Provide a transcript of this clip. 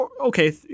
Okay